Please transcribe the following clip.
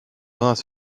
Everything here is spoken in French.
vingt